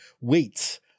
weights